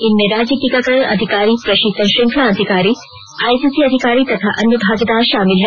इनमें राज्य टीकाकरण अधिकारी प्रशीतन श्रृंखला अधिकारी आईईसी अधिकारी तथा अन्य भागीदार शामिल हैं